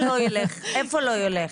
איפה לא ילך?